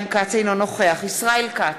אינו נוכח ישראל כץ,